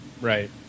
Right